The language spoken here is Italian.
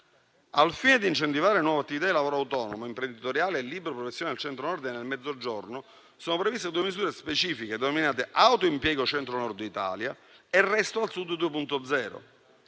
Al fine di incentivare nuove attività di lavoro autonomo, imprenditoriale e libero professionale al Centro-Nord e nel Mezzogiorno sono previste due misure specifiche dominate Autoimpiego Centro-Nord Italia e Resto al Sud 2.0.